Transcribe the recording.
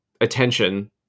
attention